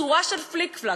צורה של פליק-פלאק.